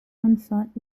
unsought